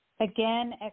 Again